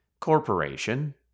corporation